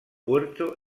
puerto